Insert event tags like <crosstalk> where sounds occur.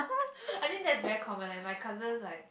<breath> I think that's very common leh my cousin like